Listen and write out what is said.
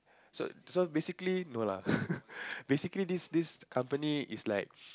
so so basically no lah basically this this company is like